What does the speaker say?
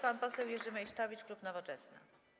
Pan poseł Jerzy Meysztowicz, klub Nowoczesna.